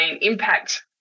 impact